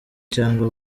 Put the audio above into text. cyangwa